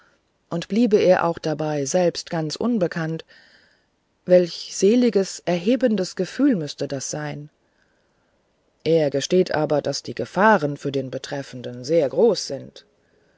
und bliebe er auch dabei selber ganz unbekannt welch seliges erhebendes gefühl müßte das sein er gesteht aber daß die gefahren für den betreffenden sehr groß sind